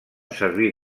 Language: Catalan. servir